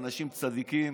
אנשים צדיקים